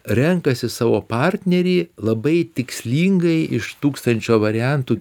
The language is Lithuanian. renkasi savo partnerį labai tikslingai iš tūkstančio variantų